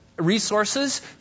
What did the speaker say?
resources